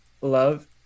love